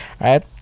right